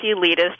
elitist